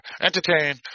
entertain